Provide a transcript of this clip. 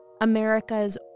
America's